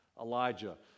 Elijah